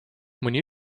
mõni